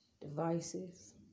devices